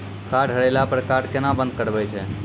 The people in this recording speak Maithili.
कार्ड हेरैला पर कार्ड केना बंद करबै छै?